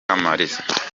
kamaliza